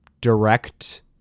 direct